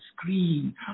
screen